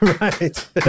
Right